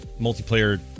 multiplayer